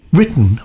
Written